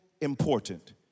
important